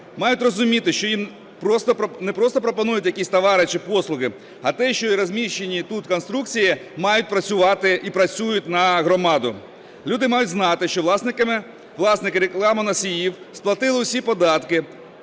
мають розуміти, що їм не просто пропонують якісь товари чи послуги, а те, що й розміщені тут конструкції мають працювати і працюють на громаду. Люди мають знати, що власники рекламоносіїв сплатили всі податки,